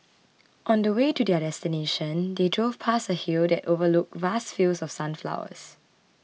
on the way to their destination they drove past a hill that overlooked vast fields of sunflowers